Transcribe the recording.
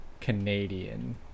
Canadian